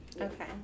Okay